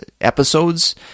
episodes